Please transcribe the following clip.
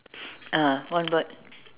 ah one word